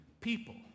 people